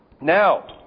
Now